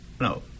no